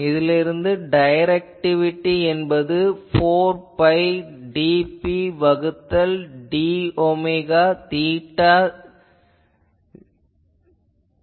இதிலிருந்து டைரக்டிவிட்டி என்பது 4 pi dP வகுத்தல் d ஒமேகா தீட்டா '0' வகுத்தல் Pr